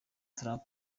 trump